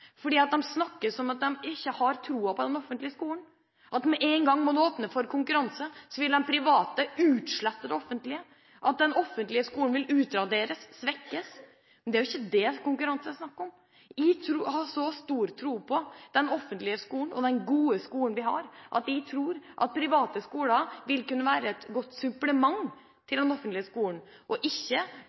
om den offentlige skolen vil utraderes, svekkes. Men det er jo ikke det konkurranse dreier seg om. Jeg har så stor tro på den offentlige skolen og den gode skolen vi har, at jeg tror at private skoler vil kunne være et godt supplement til den offentlige skolen, og ikke